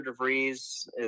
DeVries